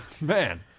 man